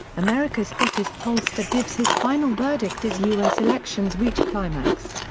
america's hottest pollster gives his final verdict as us elections reach climax.